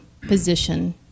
position